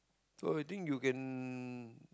so you think you can